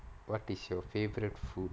what is your favourite food